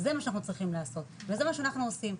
זה מה שאנחנו צריכים לעשות זה מה שאנחנו עושים,